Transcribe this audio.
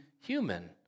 human